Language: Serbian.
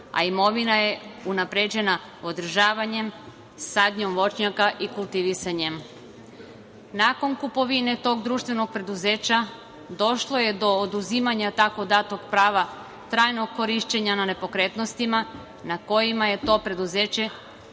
a imovina je unapređena održavanjem, sadnjom voćnjaka i kultivisanjem. Nakon kupovine tog društvenog preduzeća došlo je do oduzimanja tako datog prava trajnog korišćenja na nepokretnostima, na kojima je to preduzeće